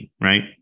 right